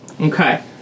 Okay